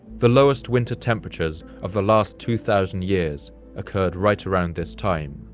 the lowest winter temperatures of the last two thousand years occurred right around this time,